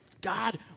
God